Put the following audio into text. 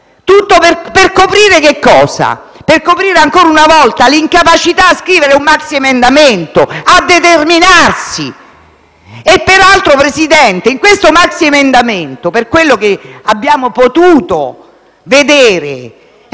Tutto per coprire ancora una volta l'incapacità a scrivere un maxiemendamento, a determinarsi. Peraltro, Presidente, in questo maxiemendamento, per quello che abbiamo potuto vedere,